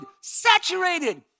saturated